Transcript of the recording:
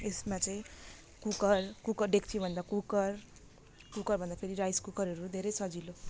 यसमा चाहिँ cooker cooker डेक्चीभन्दा कुकर कुकरभन्दा फेरि राइस कुकरहरू धेरै सजिलो